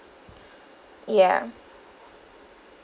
ya